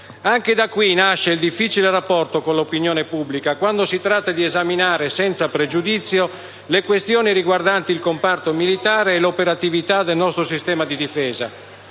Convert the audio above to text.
Anche da qui nasce il difficile rapporto con l'opinione pubblica, quando si tratta di esaminare - senza pregiudizio - le questioni riguardanti il comparto militare e l'operatività del nostro sistema di difesa.